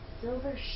silver